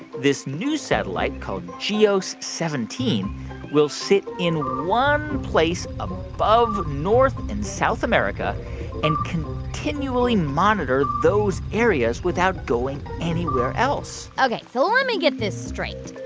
this new satellite called goes ah so seventeen will sit in one place above north and south america and continually monitor those areas without going anywhere else ok. so let me get this straight.